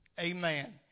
Amen